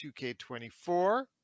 2K24